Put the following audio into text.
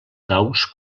daus